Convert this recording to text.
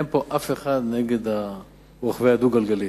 אין פה אף אחד נגד רוכבי הדו-גלגלי.